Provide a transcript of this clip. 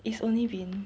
it's only been